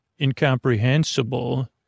incomprehensible